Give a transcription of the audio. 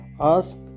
Ask